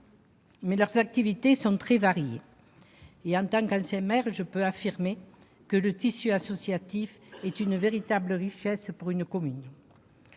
Mais leurs activités sont très variées. En tant qu'ancien maire, je peux affirmer que le tissu associatif est une véritable richesse pour une commune.